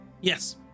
Yes